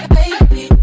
baby